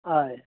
हय